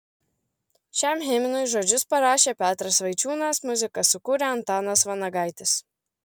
šiam himnui žodžius parašė petras vaičiūnas muziką sukūrė antanas vanagaitis